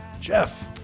jeff